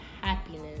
happiness